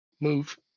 Move